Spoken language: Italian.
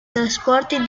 trasporti